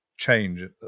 change